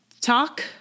talk